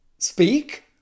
Speak